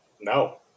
No